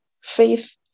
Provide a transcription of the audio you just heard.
Faith